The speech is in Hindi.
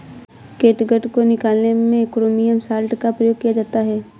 कैटगट को निकालने में क्रोमियम सॉल्ट का प्रयोग किया जाता है